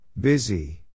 Busy